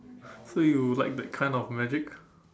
so you like that kind of magic